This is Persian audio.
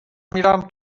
میرم